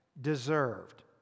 deserved